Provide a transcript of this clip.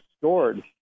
stored